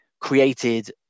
created